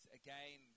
again